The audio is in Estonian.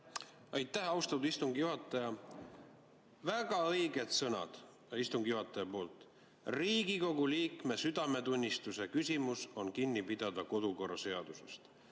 Aitäh, austatud istungi juhataja! Väga õiged sõnad istungi juhatajalt: Riigikogu liikme südametunnistuse küsimus on kinni pidada kodukorraseadusest.